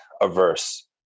averse